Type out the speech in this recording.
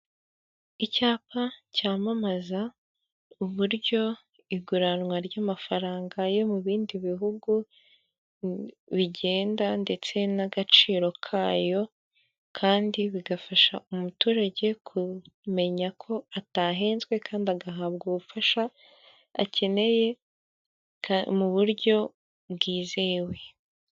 Icyapa cyamamaza uburyo iguranwa ry'amafaranga yo mu bindi bihugu bigenda ndetse n'agaciro kayo kandi bigafasha umuturage kumenya ko atahenzwe kandi agahabwa ubufasha akeneye mu buryo bwizewe.